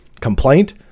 complaint